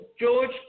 George